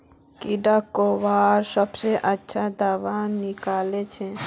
कीड़ा रोकवार सबसे अच्छा दाबा कुनला छे?